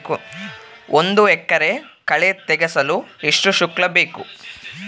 ಒಂದು ಎಕರೆ ಕಳೆ ತೆಗೆಸಲು ಎಷ್ಟು ಶುಲ್ಕ ಬೇಕು?